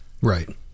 right